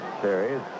series